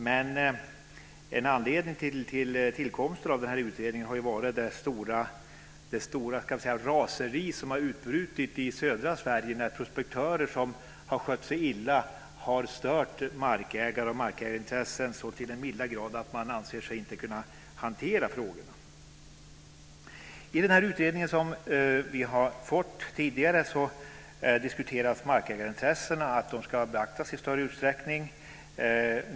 Men en anledning till att den här utredningen tillkom är det stora raseri som utbrutit i södra Sverige när prospektörer som skött sig illa har stört markägare och markägarintressen så till den milda grad att man inte anser sig kunna hantera frågorna. I den utredning som vi tidigare fått diskuteras att markägarintressena ska beaktas i större utsträckning.